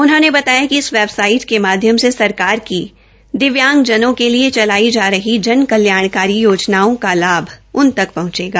उन्होंने बताया कि इस वेबसाइट के माध्यमसे सरकार की दिव्यांगजनों के लिए चलाई जा रही जन कल्याणकारी याजनाओं का लाभ उन तक पहंचेगा